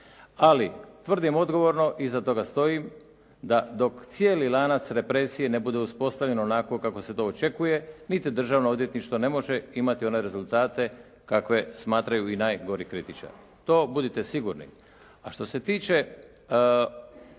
Ali tvrdim odgovorno i iza toga stojim, da dok cijeli lanac represije ne bude uspostavljen onako kako se to očekuje, niti Državno odvjetništvo ne može imati one rezultate kakve smatraju i najgori kritičari, to budite sigurni.